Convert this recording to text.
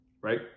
Right